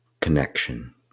connection